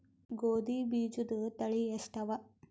ಗೋಧಿ ಬೀಜುದ ತಳಿ ಎಷ್ಟವ?